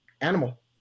animal